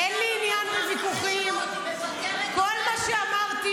היא מבקרת --- חמש שעות.